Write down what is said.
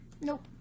Nope